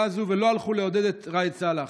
הזאת ולא הלכו לעודד את ראאד סלאח.